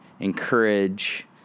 encourage